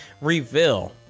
reveal